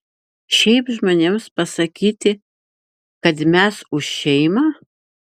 šiaip žmonėms pasakyti kad mes už šeimą